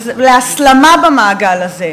להסלמה במעגל הזה,